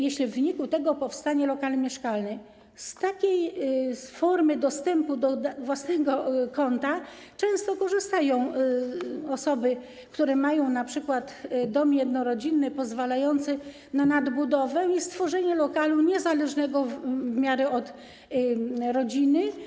Jeśli w wyniku tego powstanie lokal mieszkalny, z takiej formy dostępu do własnego kąta często korzystają osoby, które mają np. dom jednorodzinny pozwalający na nadbudowę i stworzenie lokalu w miarę niezależnego od rodziny.